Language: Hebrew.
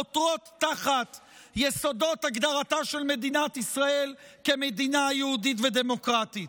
חותרות תחת יסודות הגדרתה של מדינת ישראל כמדינה יהודית ודמוקרטית.